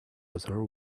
other